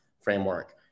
framework